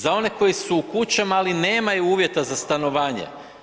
Za one koji su u kućama, ali nemaju uvjeta za stanovanje.